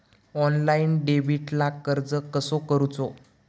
Online डेबिटला अर्ज कसो करूचो?